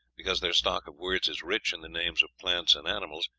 because their stock of words is rich in the names of plants and animals,